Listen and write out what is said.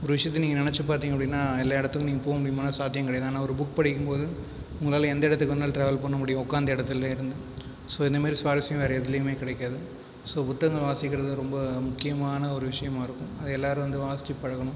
ஒரு விஷயத்தை நீங்கள் நினச்சி பார்த்தீங்க அப்படினால் எல்லா இடத்துக்கும் நீங்கள் போக முடியுமா சாத்தியம் கிடையாது ஆனால் ஒரு புக் படிக்கும்போது உங்களால் எந்த இடத்துக்கு வேணாலும் டிராவல் பண்ண முடியும் உட்காந்த இடத்துலயிருந்து ஸோ இந்த மாதிரி சுவாரஸ்யம் வேறு எதுலேயுமே கிடைக்காது ஸோ புத்தகங்கள் வாசிக்கிறது ரொம்ப முக்கியமான ஒரு விஷயமாக இருக்கும் அதை எல்லாேரும் வந்து வாசித்து பழகணும்